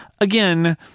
again